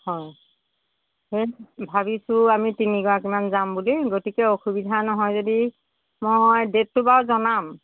হয় ভাবিছোঁ আমি তিনিগৰাকীমান যাম বুলি গতিকে অসুবিধা নহয় যদি মই ডেটটো বাৰু জনাম